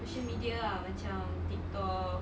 social media ah macam TikTok